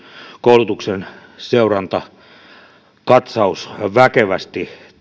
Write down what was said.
koulutuksen seurantakatsaus väkevästi